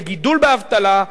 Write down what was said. לגידול באבטלה,